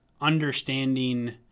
understanding